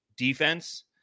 Defense